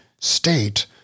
state